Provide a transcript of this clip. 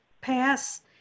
pass